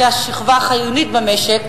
שהוא השכבה החיונית במשק,